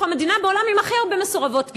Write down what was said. אנחנו המדינה בעולם עם הכי הרבה מסורבות גט,